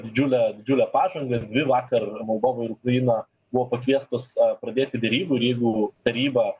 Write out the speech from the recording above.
didžiulę didžiulę pažangą dvi vakar moldova ir ukraina buvo pakviestos pradėti derybų ir jeigu taryba